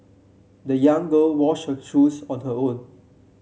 the young girl washed her shoes on her own